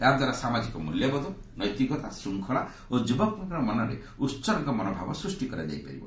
ଏହାଦ୍ୱାରା ସାମାଜିକ ମୂଲ୍ୟବୋଧ ନୈତିକତା ଶୃଙ୍ଖଳା ଓ ଯୁବକମାନଙ୍କ ମନରେ ଉତ୍ସର୍ଗ ମନୋଭାବ ସୃଷ୍ଟି କରାଯାଇପାରିବ